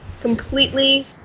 completely